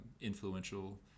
influential